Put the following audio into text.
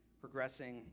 progressing